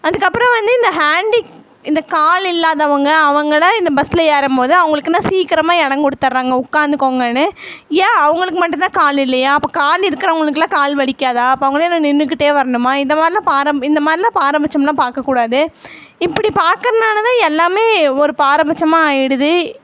அதுக்கு அப்பறம் வந்து இந்த ஹேண்டி இந்த கால் இல்லாதவங்க அவங்களாம் இந்த பஸில் ஏறம்போது அவங்களுக்கென்ன சீக்கிரமா இடம் கொடுத்தர்றாங்க உட்காந்துக்கோங்கன்னு ஏன் அவங்களுக்கு மட்டுந்தான் கால் இல்லையா அப்போது கால் இருக்கறவங்களுக்குலாம் கால் வலிக்காதா அப்போ அவங்கெல்லாம் என்ன நின்றுக்கிட்டே வரணுமா இந்த மாதிரில்லாம் பாரம் இந்த மாதிரில்லாம் பாரபட்சம்லாம் பார்க்கக்கூடாது இப்படி பார்க்கறனால தான் எல்லாமே ஒரு பாரபட்சமாக ஆயிடுது